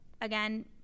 again